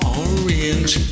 orange